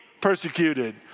persecuted